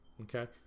Okay